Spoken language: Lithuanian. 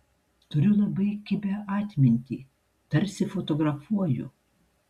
turiu labai kibią atmintį tarsi fotografuoju